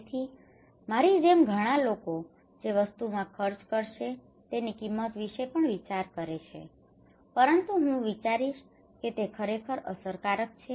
તેથી મારી જેમ ઘણા લોકો જે વસ્તુમાં ખર્ચ કરીશે તેની કિંમત વિશે પણ વિચારે છે પરંતુ હું વિચારીશ કે તે ખરેખર અસરકારક છે